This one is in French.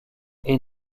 est